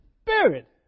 spirit